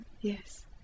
Yes